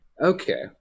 okay